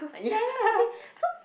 ah ya ya ya see so